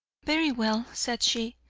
very well, said she,